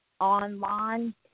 online